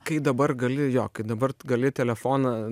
kai dabar gali jo kai dabar gali telefoną